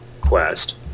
quest